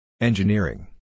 Engineering